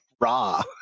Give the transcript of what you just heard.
Raw